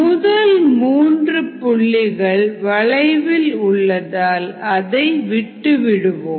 முதல் மூன்று புள்ளிகள் வளைவில் உள்ளதால் அதை விட்டுவிடுவோம்